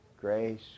Grace